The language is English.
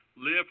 live